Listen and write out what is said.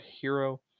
Hero